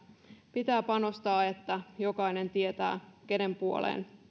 pitää panostaa jotta jokainen tietää kenen puoleen